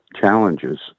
challenges